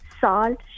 Salt